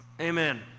Amen